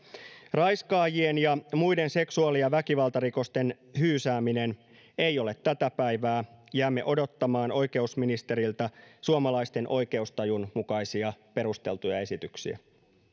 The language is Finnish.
raiskaajien ja muiden seksuaali ja väkivaltarikollisten hyysääminen ei ole tätä päivää jäämme odottamaan oikeusministeriltä suomalaisten oikeustajun mukaisia perusteltuja esityksiä